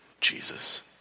Jesus